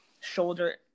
shoulder